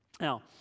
now